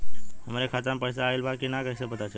हमरे खाता में पैसा ऑइल बा कि ना कैसे पता चली?